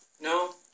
No